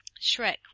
Shrek